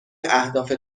اهداف